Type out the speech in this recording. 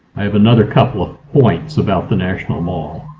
i have another couple of points about the national mall.